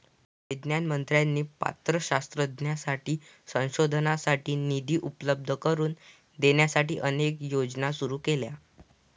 विज्ञान मंत्र्यांनी पात्र शास्त्रज्ञांसाठी संशोधनासाठी निधी उपलब्ध करून देण्यासाठी अनेक योजना सुरू केल्या